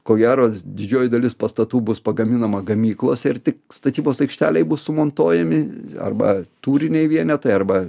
ko gero didžioji dalis pastatų bus pagaminama gamyklose ir tik statybos aikštelėj bus sumontuojami arba tūriniai vienetai arba